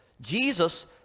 Jesus